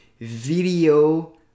video